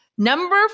Number